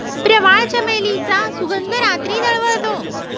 प्रवाळ, चमेलीचा सुगंध रात्री दरवळतो